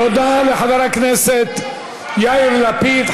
תודה לחבר הכנסת יאיר לפיד.